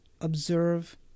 observe